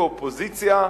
כאופוזיציה,